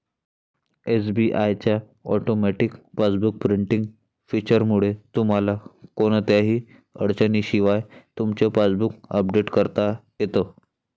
SBI च्या automatic passbook printing फीचरमुळे तुम्हाला कोणत्याही अडचणीशिवाय तुमचं पासबुक अपडेट करता येतं